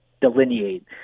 delineate